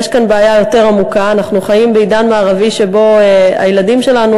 יש כאן בעיה יותר עמוקה: אנחנו חיים בעידן מערבי שבו הילדים שלנו